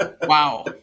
Wow